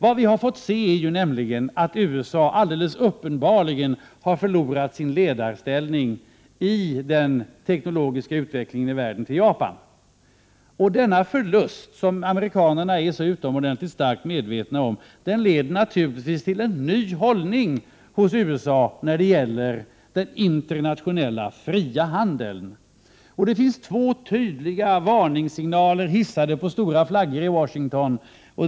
Vad vi har fått se är att USA uppenbarligen har förlorat sin ledarställning i den teknologiska utvecklingen i världen till Japan. Denna förlust, som amerikanarna är så utomordentligt starkt medvetna om, leder naturligtvis till en ny hållning hos USA vad gäller den internationella fria handeln. Det finns två tydliga varningssignaler hissade på stora flaggor i Washington.